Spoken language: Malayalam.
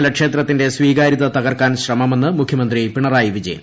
ശബരിമല ക്ഷേത്രത്തിന്റെ സ്വീകാര്യത തകർക്കാൻ ശ്രമമെന്ന് മുഖ്യമന്ത്രി പിണറായി വി്ജയൻ